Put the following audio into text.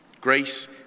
Grace